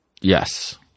Yes